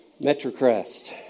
Metrocrest